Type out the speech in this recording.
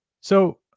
So-